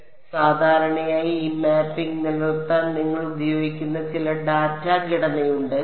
അതിനാൽ സാധാരണയായി ഈ മാപ്പിംഗ് നിലനിർത്താൻ നിങ്ങൾ ഉപയോഗിക്കുന്ന ചില ഡാറ്റാ ഘടനയുണ്ട്